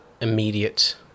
Immediate